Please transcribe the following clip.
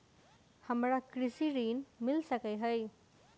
हमरा कृषि ऋण मिल सकै है?